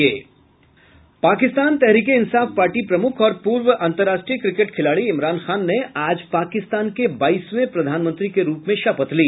Pakistan Tehreek e Insaf party प्रमुख और पूर्व अन्तराष्ट्रीय क्रिकेट खिलाड़ी इमरान खान ने आज पाकिस्तान के बाईसवें प्रधानमंत्री के रूप में शपथ ली